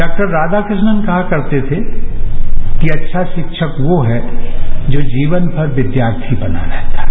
डॉ राधाकृष्णन कहा करते थे कि अच्छा शिक्षक वो है जो जीवनभर विद्यार्थी बना रहता है